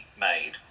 made